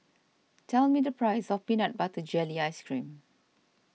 tell me the price of Peanut Butter Jelly Ice Cream